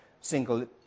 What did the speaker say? single